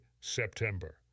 September